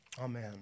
amen